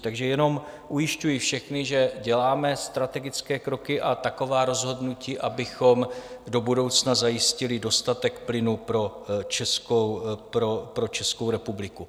Takže jenom ujišťuji všechny, že děláme strategické kroky a taková rozhodnutí, abychom do budoucna zajistili dostatek plynu pro Českou republiku.